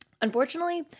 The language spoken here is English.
Unfortunately